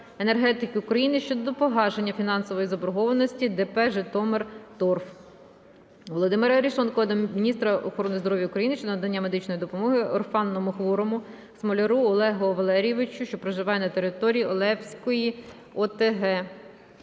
Володимира Арешонкова до міністра охорони здоров'я України щодо надання медичної допомоги орфанному хворому Смоляру Олегу Валерійовичу, що проживає на території Олевської ОТГ.